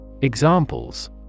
Examples